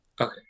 okay